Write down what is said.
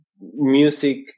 music